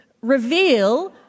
reveal